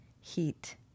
heat